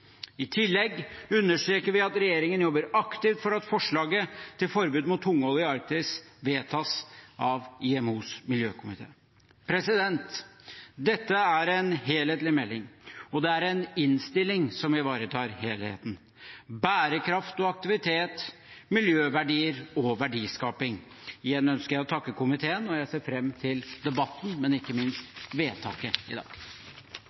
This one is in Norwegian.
I tillegg understreker vi at regjeringen jobber aktivt for at forslaget til forbud mot tungolje i Arktis vedtas av IMOs miljøkomité. Dette er en helhetlig melding, og det er en innstilling som ivaretar helheten – bærekraft og aktivitet, miljøverdier og verdiskaping. Igjen ønsker jeg å takke komiteen, og jeg ser fram til debatten, men ikke minst til vedtaket i dag.